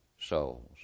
souls